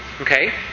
Okay